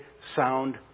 sound